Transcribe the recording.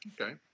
Okay